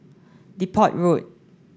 Depot Road